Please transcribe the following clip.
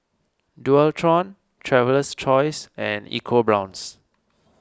Dualtron Traveler's Choice and Eco Brown's